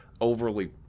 overly